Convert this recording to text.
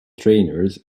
trainers